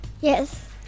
Yes